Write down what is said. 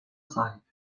sahip